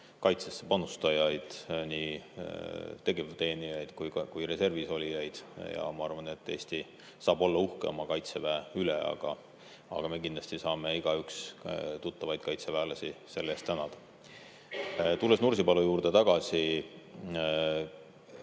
kaitsesse panustajaid, nii tegevteenijaid kui reservis olijaid, ja ma arvan, et Eesti saab olla uhke oma Kaitseväe üle. Me kindlasti saame igaüks tuttavaid kaitseväelasi selle eest tänada. Tulles Nursipalu juurde tagasi,